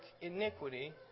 iniquity